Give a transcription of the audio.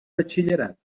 batxillerat